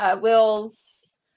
wills